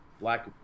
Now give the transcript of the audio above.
black